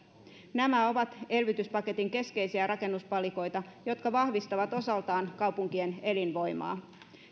nämä ovat elvytyspaketin keskeisiä rakennuspalikoita jotka vahvistavat osaltaan kaupunkien elinvoimaa